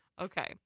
Okay